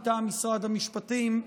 מטעם משרד המשפטים,